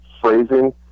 phrasing